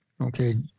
Okay